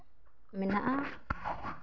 ᱢᱮᱱᱟᱜᱼᱟ